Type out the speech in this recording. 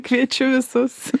kviečiu visus